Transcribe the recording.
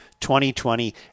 2020